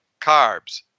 carbs